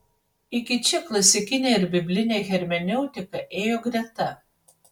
iki čia klasikinė ir biblinė hermeneutika ėjo greta